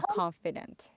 confident